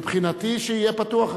מבחינתי, שיהיה פתוח הכביש.